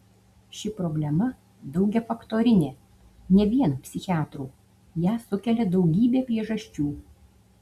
ši problema daugiafaktorinė ne vien psichiatrų ją sukelia daugybė priežasčių